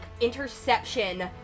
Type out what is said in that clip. interception